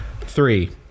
Three